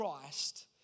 Christ